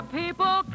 people